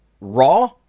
raw